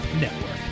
Network